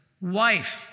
Wife